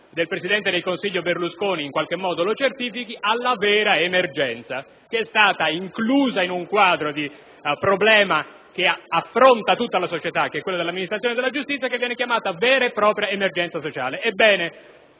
del presidente del Consiglio Berlusconi in qualche modo lo certifichi - la vera emergenza, che è stata inclusa nel quadro di un problema che affronta tutta la società, quello dell'amministrazione della giustizia, che viene chiamata vera e propria emergenza sociale. Ebbene,